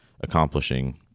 accomplishing